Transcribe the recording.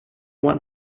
want